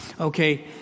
Okay